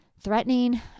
threatening